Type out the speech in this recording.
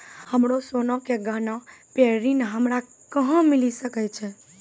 हमरो सोना के गहना पे ऋण हमरा कहां मिली सकै छै?